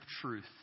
truth